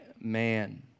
man